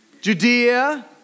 Judea